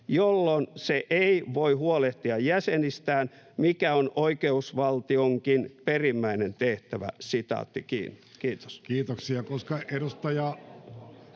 jolloin se ei voi huolehtia jäsenistään, mikä on oikeusvaltionkin perimmäinen tehtävä.” — Kiitos.